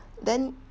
then